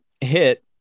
hit